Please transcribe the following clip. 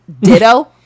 Ditto